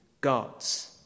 God's